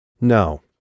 No